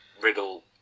Riddle